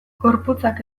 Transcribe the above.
gorputzak